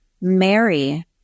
Mary